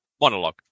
monologue